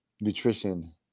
nutrition